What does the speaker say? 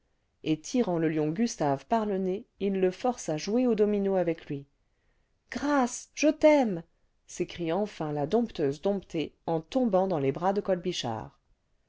et tirant le lion gustave par le nez il le force à jouer aux dominos avec lui le vingtième siècle grâce je t'aime s'écrie enfin la dompteuse domptée en tombant dans les bras de